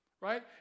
Right